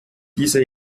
diese